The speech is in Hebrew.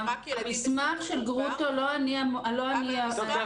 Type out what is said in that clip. המסמך של גרוטו לא אני האחראית.